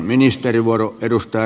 arvoisa puhemies